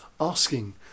asking